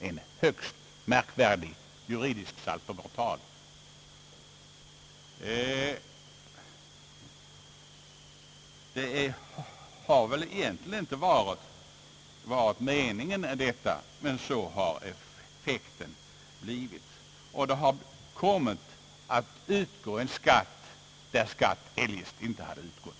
En högst märkvärdig juridisk saltomortal! Detta har väl egentligen inte varit meningen, men så har effekten blivit, och det har kommit att utgå en skatt, där skatt eljest inte hade utgått.